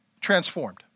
transformed